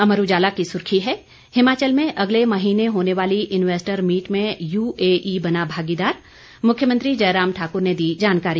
अमर उजाला की सुर्खी है हिमाचल में अगले महीने होने वाली इन्वेस्टर मीट में यूएई बना भागीदार मुख्यमंत्री जयराम ठाकुर ने दी जानकारी